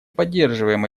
поддерживаем